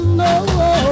no